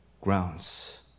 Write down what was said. grounds